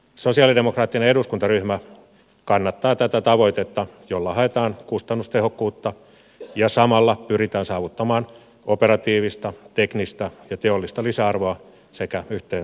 sosialidemokraattinen eduskuntaryhmä kannattaa tätä tavoitetta jolla haetaan kustannustehokkuutta ja samalla pyritään saavuttamaan operatiivista teknistä ja teollista lisäarvoa sekä yhteensopivuutta